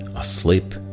Asleep